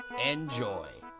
enjoy!